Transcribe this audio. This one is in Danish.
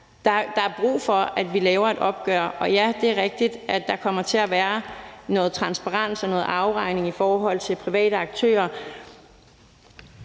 Der er brug for, at vi tager et opgør, og ja, det er rigtigt, at der kommer til at være noget transparens og noget afregning i forhold til private aktører,